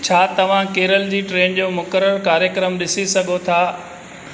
छा तव्हां केरल जी ट्रेन जो मुक़ररु कार्यक्रमु ॾिसी सघो था